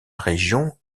région